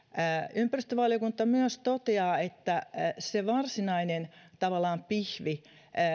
ympäristövaliokunta toteaa myös että tavallaan se varsinainen pihvi